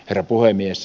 herra puhemies